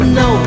no